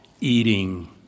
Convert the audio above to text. eating